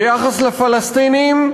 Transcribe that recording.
ביחס לפלסטינים,